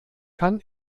kann